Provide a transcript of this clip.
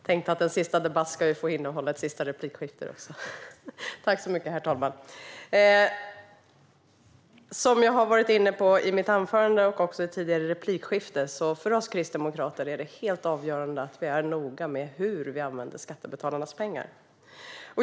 Herr talman! Jag tänkte att Jan Lindholms sista debatt också ska få innehålla ett sista replikskifte. Som jag har varit inne på i mitt anförande och även i mitt tidigare replikskifte är det för oss kristdemokrater helt avgörande att vi är noga med hur vi använder skattebetalarnas pengar.